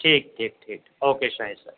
ٹھیک ٹھیک ٹھیک اوکے شاہد سر